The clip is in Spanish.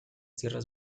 tierras